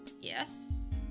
Yes